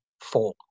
four